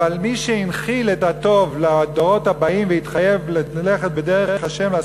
אבל מי שהנחיל את הטוב לדורות הבאים והתחייב ללכת בדרך השם,